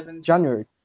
January